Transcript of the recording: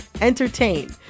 entertain